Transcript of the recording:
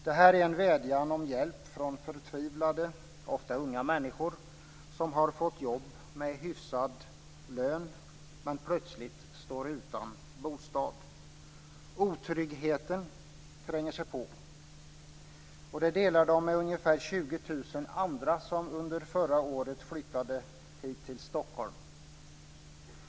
Det här är en vädjan om hjälp från förtvivlade ofta unga människor som har fått jobb med hyfsad lön, men plötsligt står utan bostad. Otryggheten tränger sig på. Det delar de med ungefär 20 000 andra som under förra året flyttade hit till Stockholm.